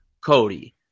Cody